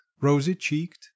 rosy-cheeked